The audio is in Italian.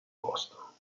posto